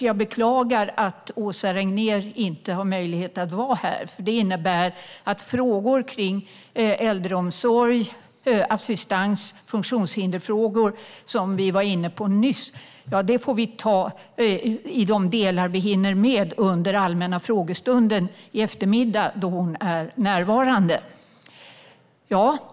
Jag beklagar att Åsa Regnér inte har möjlighet att vara här, för det innebär att frågor om äldreomsorg och assistans liksom funktionshindersfrågor, som vi var inne på nyss, måste tas under allmänna frågestunden i eftermiddag, då hon är närvarande.